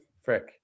Frick